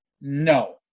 No